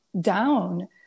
down